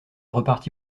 reparti